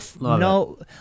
no